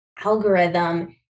algorithm